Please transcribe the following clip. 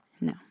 No